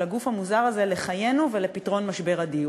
של הגוף המוזר הזה לחיינו ולפתרון משבר הדיור.